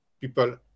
people